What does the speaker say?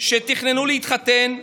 שתכננו להתחתן?